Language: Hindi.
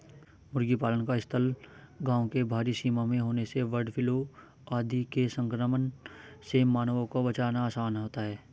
मुर्गी पालन का स्थल गाँव के बाहरी सीमा में होने से बर्डफ्लू आदि के संक्रमण से मानवों को बचाना आसान होता है